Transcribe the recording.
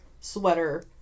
sweater